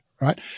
right